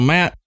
Matt